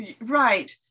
Right